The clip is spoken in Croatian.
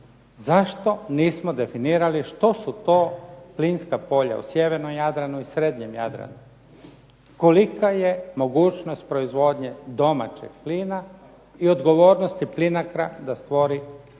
zašto nismo definirali što su to plinska polja u sjevernom Jadranu i srednjem Jadranu. Kolika je mogućnost proizvodnje domaćeg plina i odgovornosti Plinacra da stvori veze